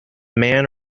man